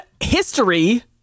history